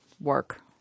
work